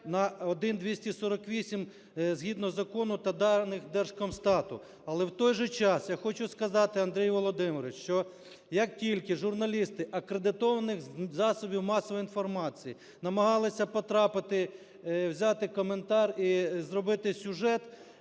на 1,248 згідно закону та даних Держкомстату. Але в той же час я хочу сказати, Андрій Володимирович, що як тільки журналісти акредитованих засобів масової інформації намагалися потрапити, взяти коментар і зробити сюжет,